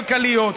כלכליות,